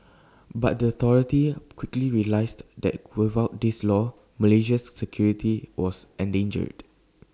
but the authorities quickly realised that without this law Malaysia's security was endangered